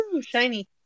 Shiny